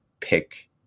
pick